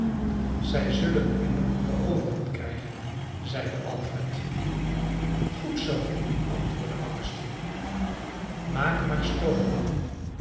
zij zullen nimmer de overhand krijgen zeide alfred goed zoo antwoordde augustine maak maar stoom